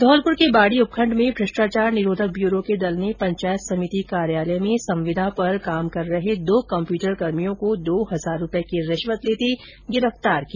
धौलपुर के बाडी उपखण्ड में भ्रष्टाचार निरोधक ब्यूरो ने पंचायत समिति कार्यालय में संविदा पर कार्यरत दो कम्प्यूटरकर्मियों को दो हजार रूपये की रिश्वत लेते गिरफ्तार किया